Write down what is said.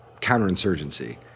counterinsurgency